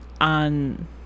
on